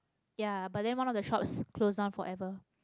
ya but then one of the shops close down forever